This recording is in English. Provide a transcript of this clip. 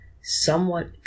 somewhat